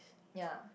ya